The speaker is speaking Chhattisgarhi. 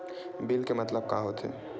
बिल के मतलब का होथे?